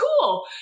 cool